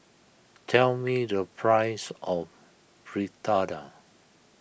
tell me the price of Fritada